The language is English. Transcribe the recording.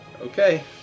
Okay